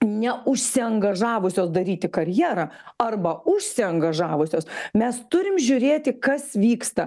neužsiangažavusios daryti karjerą arba užsiangažavusios mes turim žiūrėti kas vyksta